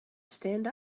stand